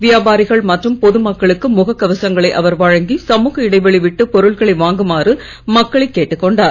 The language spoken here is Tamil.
வியாபாரிகள் மற்றும் பொது மக்களுக்கு முக கவசங்களை அவர் வழங்கி சமூக இடைவெளி விட்டு பொருட்களை வாங்குமாறு மக்களை கேட்டுக் கொண்டார்